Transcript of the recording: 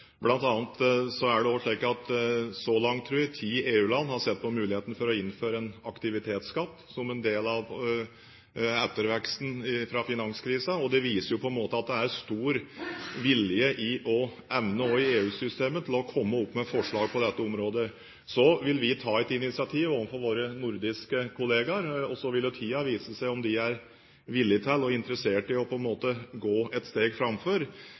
at så langt tror jeg det er ti EU-land som har sett på muligheten for å innføre en aktivitetsskatt som en del av etterveksten fra finanskrisen. Det viser på en måte at det ennå er stor vilje og evne i EU-systemet til å komme opp med forslag på dette området. Vi vil ta et initiativ overfor våre nordiske kollegaer, og så vil tiden vise om de er villig til og interessert i å gå et steg